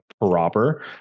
proper